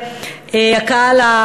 בדרך כלל אנחנו